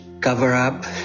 cover-up